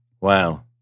Wow